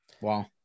Wow